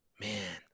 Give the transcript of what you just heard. Man